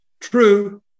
true